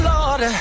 Lord